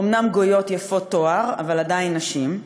אומנם גויות יפות תואר, אבל עדיין נשים,